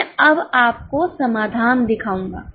मैं अब आपको समाधान दिखाऊंगा